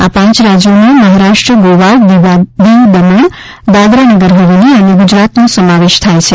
આ પાંચ રાજ્યોમાં મહારાષ્ટ્ર ગોવા દીવ દમણ દાદરાનગર હવેલી અને ગુજરાતનો સમાવેશ થાય છે